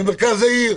במרכז העיר.